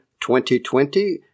2020